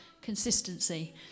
consistency